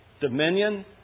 dominion